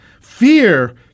Fear